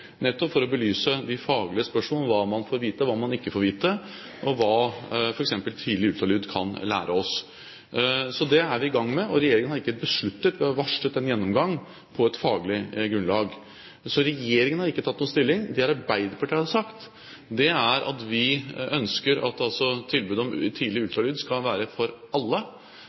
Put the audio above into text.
nettopp for å belyse de faglige spørsmål om hva man får vite, og hva man ikke får vite, og hva f.eks. tidlig ultralyd kan lære oss. Det er vi i gang med, og regjeringen har ikke besluttet noe, men vi har varslet en gjennomgang på et faglig grunnlag. Regjeringen har ikke tatt noen stilling. Det Arbeiderpartiet har sagt, er at vi ønsker at tilbudet om tidlig ultralyd skal være for alle.